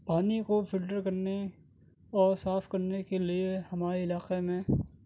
پانی کو فلٹر کرنے اور صاف کرنے کے لیے ہمارے علاقے میں